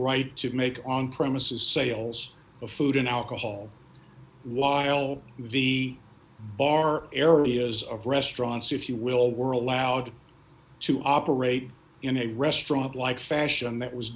right to make on premises sales of food and alcohol while the bar areas of restaurants if you will world allowed to operate in a restaurant like fashion that was